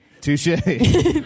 Touche